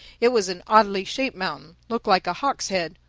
it was an oddly shaped mountain looked like a hawk's head.